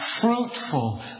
fruitful